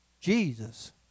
Jesus